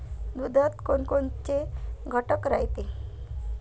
दुधात कोनकोनचे घटक रायते?